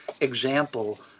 example